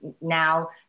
now